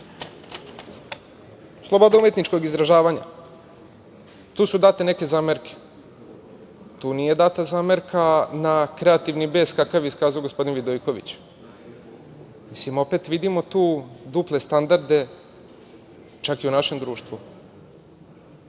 sloboda umetničkog izražavanja. Tu su date neke zamerke. Tu nije data zamerka na kreativni bes kakav je iskazao gospodin Vidojković. Mislim, opet vidimo tu duple standarde čak i u našem društvu. Tako